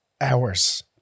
hours